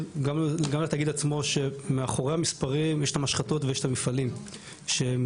גם לתאגיד עצמו שמאחורי המספרים יש את המשחטות ויש את המפעלים שבאמת,